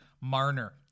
Marner